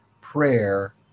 prayer